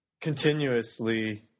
continuously